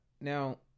Now